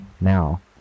now